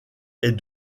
est